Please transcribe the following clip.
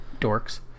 dorks